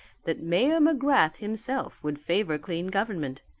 that mayor mcgrath himself would favour clean government,